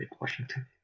Washington